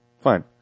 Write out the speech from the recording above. Fine